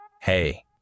Hey